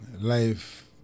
life